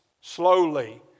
slowly